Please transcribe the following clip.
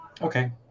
Okay